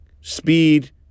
speed